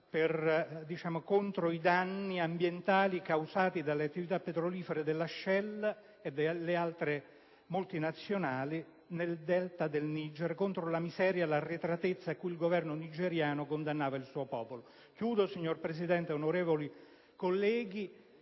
battevano contro i danni ambientali causati dalle attività petrolifere della Shell e delle altre multinazionali nel Delta del Niger e contro la miseria e l'arretratezza a cui il Governo nigeriano condannava il suo popolo. Signor Presidente, onorevoli colleghi,